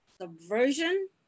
subversion